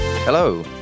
Hello